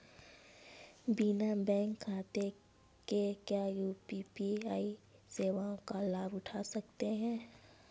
बिना बैंक खाते के क्या यू.पी.आई सेवाओं का लाभ उठा सकते हैं?